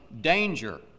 danger